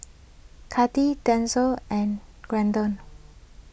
Kati Denzel and Glendon